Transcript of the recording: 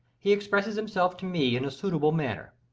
he expresses himself to me in a suitable manner.